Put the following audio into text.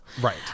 Right